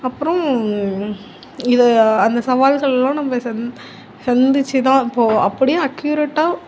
அப்புறோம் இதை அந்த சவால்கள்லாம் நம்ம சந் சந்திச்சு தான் இப்போது அப்படியே அக்கியூரட்டாக